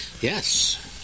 Yes